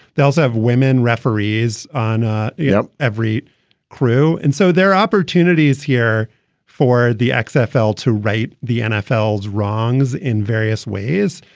they also have women referees on ah you know every crew. and so there are opportunities here for the xfl to rate the nfl as wrongs in various ways.